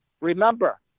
remember